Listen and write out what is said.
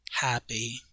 happy